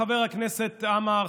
חבר הכנסת עמאר,